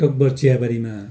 टकभर चियाबारीमा